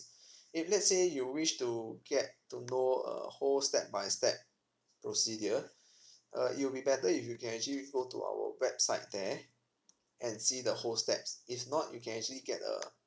if let's say you wish to get to know uh whole step by step procedure uh it will be better if you can actually go to our website there and see the whole steps if not you can actually get a